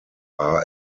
are